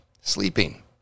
Sleeping